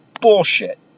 Bullshit